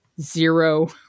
zero